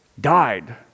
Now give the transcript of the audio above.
died